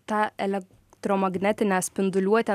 tą elektromagnetinę spinduliuotę